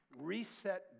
reset